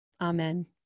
amen